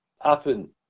happen